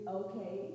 okay